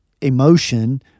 emotion